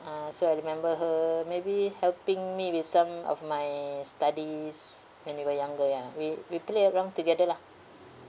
uh so I remember her maybe helping me with some of my studies when we were younger ya we we play around together lah